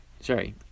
Sorry